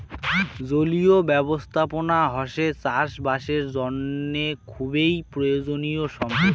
জলীয় ব্যবস্থাপনা হসে চাষ বাসের জন্য খুবই প্রয়োজনীয় সম্পদ